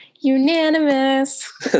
Unanimous